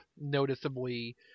noticeably